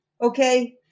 Okay